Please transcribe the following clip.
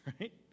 right